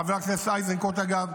חבר הכנסת איזנקוט, אגב,